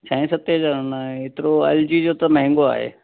छहे सते एतिरो एलजी जो त महांगो आहे